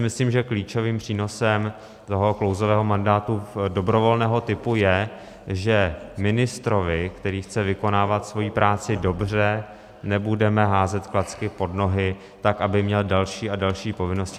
Myslím si, že klíčovým přínosem klouzavého mandátu dobrovolného typu je, že ministrovi, který chce vykonávat svoji práci dobře, nebudeme házet klacky pod nohy tak, aby měl další a další povinnosti.